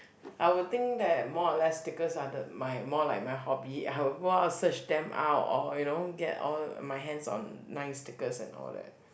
I would think that more or less stickers are the my more like more hobby I will go out search them out or you know get all my hands on nice stickers and all that